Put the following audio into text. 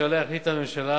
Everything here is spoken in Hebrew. שעליה החליטה הממשלה,